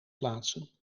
plaatsen